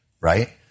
right